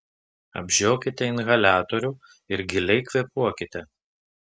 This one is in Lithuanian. apžiokite inhaliatorių ir giliai kvėpuokite